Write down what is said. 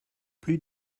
plus